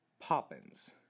Poppins